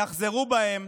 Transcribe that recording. יחזרו בהם,